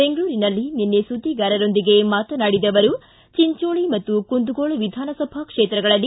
ಬೆಂಗಳೂರಿನಲ್ಲಿ ನಿನ್ನೆ ಸುದ್ದಿಗಾರರೊಂದಿಗೆ ಮಾತನಾಡಿದ ಅವರು ಚಿಂಚೋಳಿ ಮತ್ತು ಕುಂದಗೋಳ ವಿಧಾನಸಭಾ ಕ್ಷೇತ್ರಗಳಲ್ಲಿ